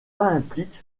implique